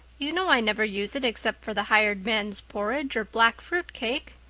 you know i never use it except for the hired man's porridge or black fruit cake.